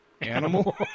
animal